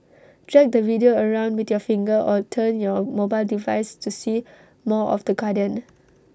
drag the video around with your finger or turn your mobile device to see more of the garden